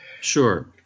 Sure